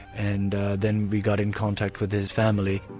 and then we got in contact with his family.